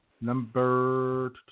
Number